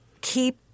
keep